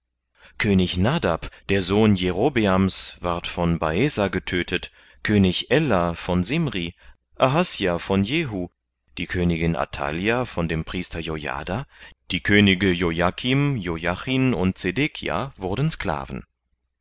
könig nadab der sohn jerobeam's ward von baesa getötdet könig ella von simri ahasja von jehu die königin athalja von dem priester jojada die könige jojakim jojachin und zedekia wurden sklaven